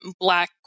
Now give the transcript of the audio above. Black